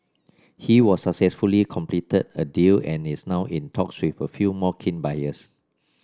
he was successfully completed a deal and is now in talks with a few more keen buyers